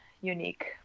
unique